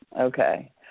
Okay